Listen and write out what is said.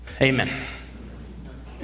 Amen